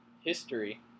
history